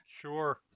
Sure